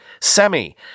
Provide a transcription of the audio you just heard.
Semi